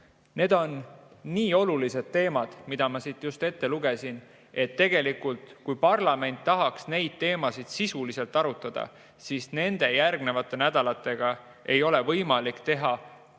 Need on nii olulised teemad, mida ma siin just ette lugesin, et tegelikult, kui parlament tahaks neid teemasid sisuliselt arutada, siis nende järgnevate nädalatega ei ole võimalik teha